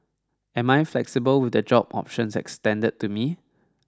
am I flexible with the job options extended to me